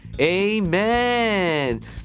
Amen